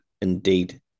indeed